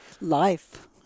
life